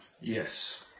Yes